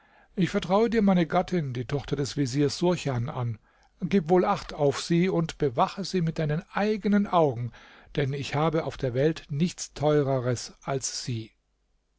ich vertraue dir meine gattin die tochter des veziers surchan an gib wohl acht auf sie und bewache sie mit deinen eigenen augen denn ich habe auf der welt nichts teureres als sie